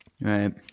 Right